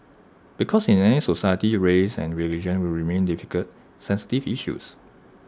because in any society race and religion will remain difficult sensitive issues